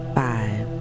five